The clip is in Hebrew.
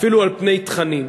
אפילו על פני תכנים.